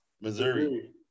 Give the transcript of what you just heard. Missouri